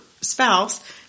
spouse